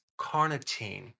carnitine